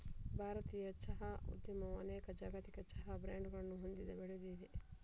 ಭಾರತೀಯ ಚಹಾ ಉದ್ಯಮವು ಅನೇಕ ಜಾಗತಿಕ ಚಹಾ ಬ್ರಾಂಡುಗಳನ್ನು ಹೊಂದಿ ಬೆಳೆದಿದೆ